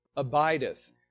abideth